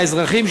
האזרחים,